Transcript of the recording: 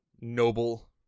noble